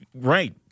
Right